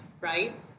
right